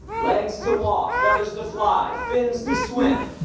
legs to walk, feathers to fly, fins to swim,